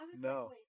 no